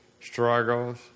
Struggles